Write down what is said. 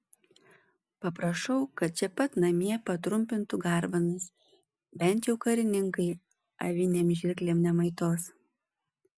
paprašau kad čia pat namie patrumpintų garbanas bent jau karininkai avinėm žirklėm nemaitos